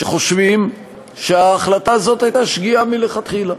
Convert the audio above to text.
שחושבים שההחלטה הזאת הייתה שגיאה מלכתחילה.